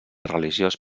religiós